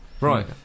Right